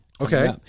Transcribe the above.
Okay